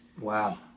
Wow